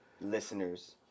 listeners